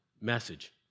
message